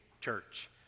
church